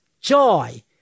joy